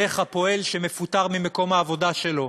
דרך הפועל שמפוטר ממקום העבודה שלו,